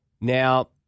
Now